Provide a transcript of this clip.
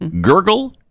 Gurgle